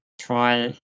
try